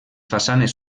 façanes